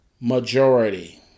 majority